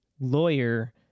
lawyer